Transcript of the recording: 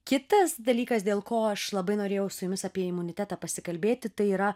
kitas dalykas dėl ko aš labai norėjau su jumis apie imunitetą pasikalbėti tai yra